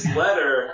letter